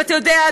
ואתה יודע,